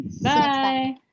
Bye